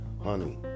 honey